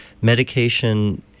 Medication